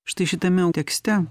štai šitame tekste